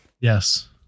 Yes